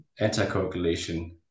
anticoagulation